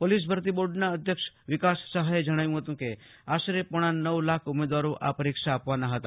police ભરતી બોર્ડના અધ્યક્ષ વિકાસ સહાયે જજ્ઞાવ્યું હતું કે આશરે પોજ્ઞા નવ લાખ ઉમેદવારો આ પરીક્ષા આપવાના હતા